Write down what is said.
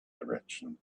direction